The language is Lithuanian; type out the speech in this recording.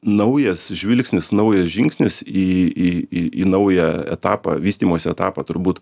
naujas žvilgsnis naujas žingsnis į į į naują etapą vystymosi etapą turbūt